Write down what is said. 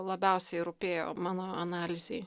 labiausiai rūpėjo mano analizei